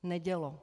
Nedělo.